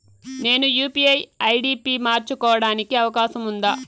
నేను UPI ID పి మార్చుకోవడానికి అవకాశం ఉందా?